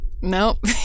Nope